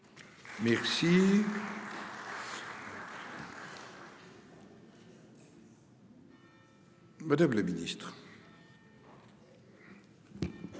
Merci. Madame la Ministre.--